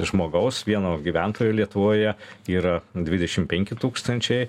žmogaus vieno gyventojo lietuvoje yra dvidešim penki tūkstančiai